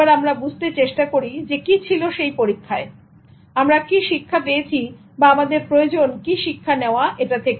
এবার আমরা বুঝতে চেষ্টা করি কি ছিল সেই পরীক্ষায় এবং আমরা কি শিক্ষা পেয়েছি বা আমাদের প্রয়োজন কি শিক্ষা নেওয়া এটা থেকে